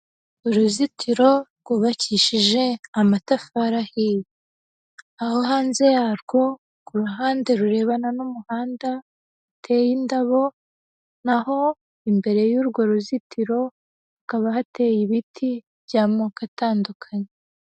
Uruzitiro rwubakishije amatafari ahiye, aho hanze yarwo ku ruhande rurebana n'umuhanda teye indabo, na ho imbere y'urwo ruzitiro kaba hateye ibiti by'amoko atandukanye.